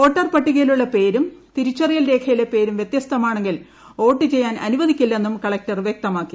voter പട്ടികയിലുള്ള പേരും തിരിച്ചറിയൽ രേഖയിലെ പേരും വൃത്യസ്തമാണെങ്കിൽ വോട്ട് ചെയ്യാൻ അനുവദിക്കില്ലെന്നും കളക്ടർ വ്യക്തമാക്കി